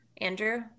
Andrew